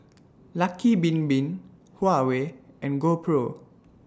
Lucky Bin Bin Huawei and GoPro